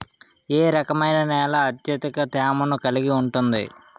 ఏ రకమైన నేల అత్యధిక తేమను కలిగి ఉంటుంది?